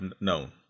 known